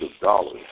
dollars